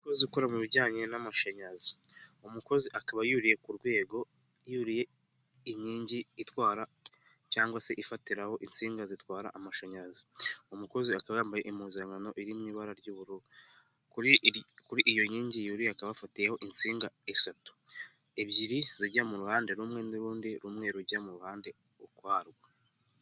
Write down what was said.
Umukozi ukora mu bijyanye n'amashanyarazi umukozi akaba yuriye ku rwego yuriye inkingi itwara cyangwa se ifatiraho insinga zitwara amashanyarazi umukozi akaba yambaye impuzankano iri mu ibara ry'ubururu iyo nkingi yu akaba afatiyeho insinga eshatu ebyiri zijya mu ruhande rumwe n'urundi rumwe rujya mu ruhande ryarwo.